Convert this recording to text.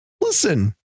listen